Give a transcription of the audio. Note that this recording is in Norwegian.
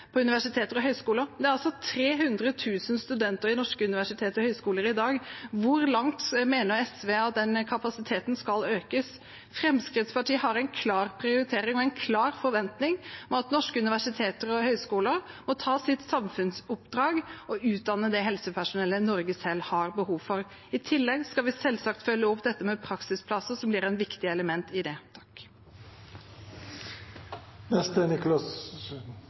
høyskoler. Det er altså 300 000 studenter på norske universiteter og høyskoler i dag. Hvor langt mener SV at den kapasiteten skal økes? Fremskrittspartiet har en klar prioritering og en klar forventning om at norske universiteter og høyskoler må ta sitt samfunnsoppdrag og utdanne det helsepersonellet Norge selv har behov for. I tillegg skal vi selvsagt følge opp dette med praksisplasser, som blir et viktig element i det.